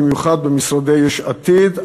במיוחד במשרדי יש עתיד,